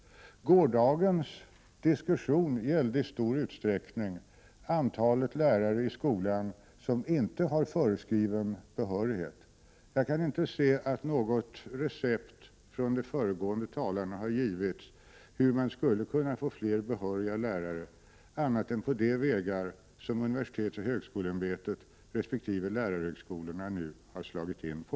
Gårdagens diskussion gällde i stor utsträckning antalet lärare i skolan som inte har föreskriven behörighet. Jag kan inte se att något recept från de föregående talarna har givits på hur man skulle kunna få fler behöriga lärare annat än på de vägar som universitetsoch högskoleämbetet resp. lärarhögskolorna nu har slagit in på.